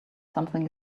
something